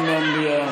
תתבייש לך,